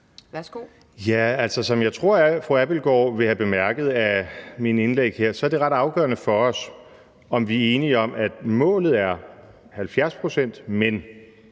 altså, som jeg tror, at fru Mette Abildgaard vil have bemærket af mine indlæg her, er det ret afgørende for os, at vi er enige om, at målet er 70 pct. Men